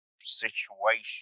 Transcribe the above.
situation